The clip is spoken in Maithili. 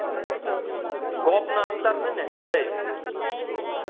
गप्पमे अन्तर नहि ने हेतै